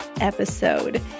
episode